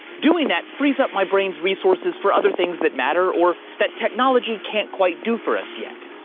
doing that frees up my brains resources for other things that matter, or that technology can't quite do for us yet.